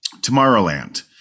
Tomorrowland